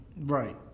right